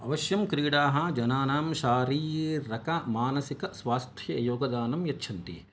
अवश्यं क्रीडाः जनानां शारीरकमानसिकस्वास्थ्ये योगदानं यच्छन्ति